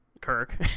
Kirk